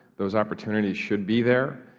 those opportunities should be there.